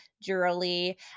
jewelry